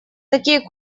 такие